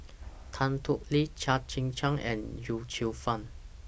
Tan Thoon Lip Chia Tee Chiak and Yip Cheong Fun